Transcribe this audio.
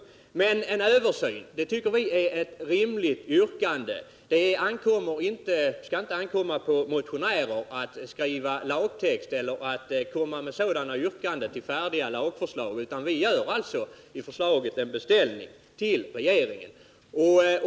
Ett yrkande om en översyn tycker vi emellertid är rimligt. Det skall inte ankomma på motionärer att skriva lagtext eller framställa yrkanden som innehåller färdiga lagförslag. I vår motion gör vi en beställning till regeringen.